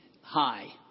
high